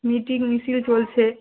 meeting মিছিল চলছে